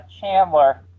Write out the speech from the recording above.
Chandler